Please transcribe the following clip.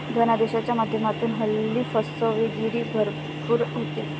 धनादेशाच्या माध्यमातूनही हल्ली फसवेगिरी भरपूर होते